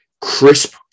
crisp